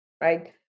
right